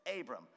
Abram